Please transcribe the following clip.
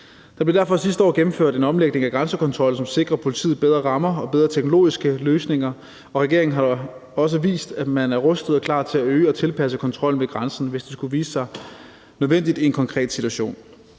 Der blev derfor sidste år gennemført en omlægning af grænsekontrollen, som sikrer politiet bedre rammer og bedre teknologiske løsninger, og regeringen har også vist, at man er rustet og klar til at øge og tilpasse kontrollen ved grænsen, hvis det skulle vise sig nødvendigt i en konkret situation.